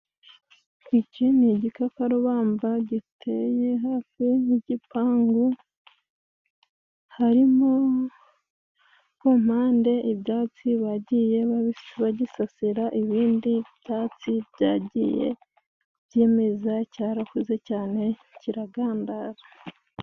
Iki ni igikakarubamba giteye hafi y'igipangu harimo ku mpande ibyatsi bagiye bagisasira , ibindi byatsi byagiye byimeza cyarakuze cyane kiragandara.